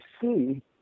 see